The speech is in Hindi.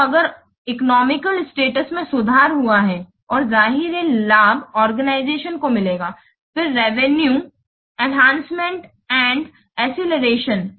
तो अगर इकोनोमिकल स्टेटस में सुधार हुआ है और जाहिर है लाभ आर्गेनाइजेशन को मिलेगा फिर रेवेनुए एनहांसमेंट और अक्सेलरेशंस